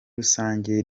rusange